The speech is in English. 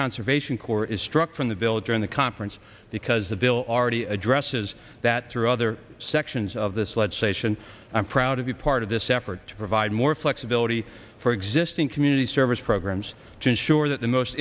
conservation corps is struck from the village and the conference because the bill already addresses that through other sections of this legislation i am proud to be part of this effort to provide more flexibility for existing community service programs to ensure that the most